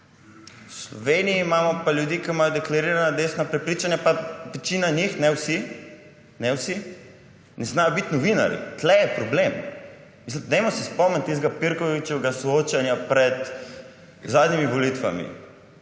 V Sloveniji pa imamo ljudi, ki imajo deklarirana desna prepričanja, pa večina njih, ne vsi, ne zna biti novinarji. Tukaj je problem. Dajmo se spomniti tistega Pirkovičevega soočanja pred zadnjimi volitvami.